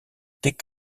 des